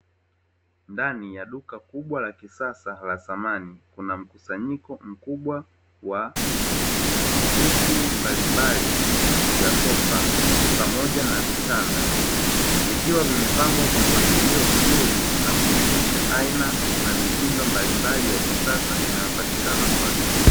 Ndani ya duka kubwa la kisasa la samani, kuna mkusanyiko mkubwa wa viti mbalimbali vya sofa pamoja na vitanda. Vikiwa vimepangwa kwa mpangilio mzuri na kuonesha aina na mitindo mbalimbali ya kisasa inayopatikana kwa wateja.